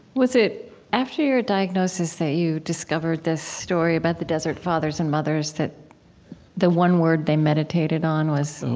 was it after your diagnosis that you discovered this story about the desert fathers and mothers? that the one word they meditated on was,